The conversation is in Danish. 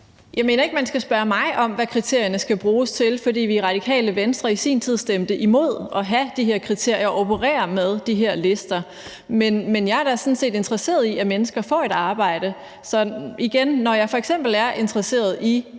Jeg mener ikke, man skal spørge mig om, hvad kriterierne skal bruges til, fordi vi i Radikale Venstre i sin tid stemte imod at have de her kriterier og operere med de her lister. Men jeg er da sådan set interesseret i, at mennesker får et arbejde. Så igen: Når jeg f.eks. er interesseret i